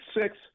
six